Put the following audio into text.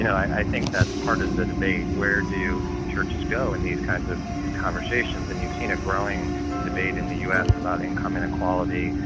i think that's part of the debate where do churches go in these kinds of conversations? and you've seen a growing debate in the us about income and equality,